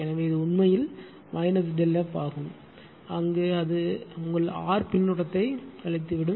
எனவே இது உண்மையில் மைனஸ் ΔF ஆகும் அங்கு அது உங்கள் R பின்னூட்டத்தைக் கழித்துவிடும்